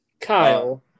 Kyle